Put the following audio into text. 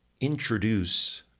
introduce